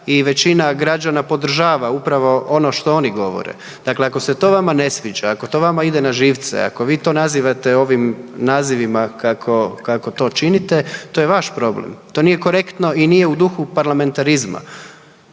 i većina građana podržava upravo ono što oni govore. Dakle, ako se to vama ne sviđa, ako to vama ide na živce, ako vi to nazivate ovim nazivima kako to činite, to je vaš problem. To nije korektno i nije u duhu parlamentarizma